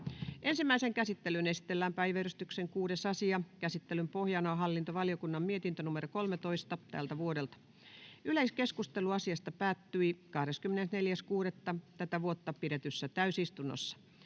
Ensimmäiseen käsittelyyn esitellään päiväjärjestyksen 6. asia. Käsittelyn pohjana on hallintovaliokunnan mietintö HaVM 13/2024 vp. Yleiskeskustelu asiasta päättyi 24.6.2024 pidetyssä täysistunnossa.